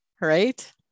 right